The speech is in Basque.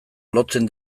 lotzen